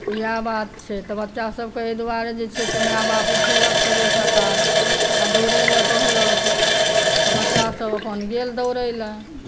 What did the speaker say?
इएह बात छै तऽ बच्चा सभके एहि दुआरे जे छै से माय बाप उठेलक सवेरे सकाल आ दौड़ै लए कहलक तऽ बच्चा सभ अपन गेल दौड़ैलए